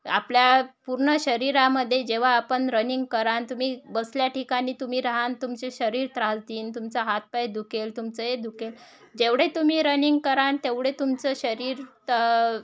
आपल्या पूर्ण शरीरामध्ये जेव्हा आपण रनिंग कराल तुम्ही बसल्या ठिकाणी तुम्ही राहाल तुमचं शरीर त्रास देईल तुमचा हात पाय दुखेल तुमचं हे दुखेल जेवढे तुम्ही रनिंग कराल तेवढे तुमचं शरीर तं